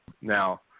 Now